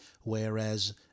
Whereas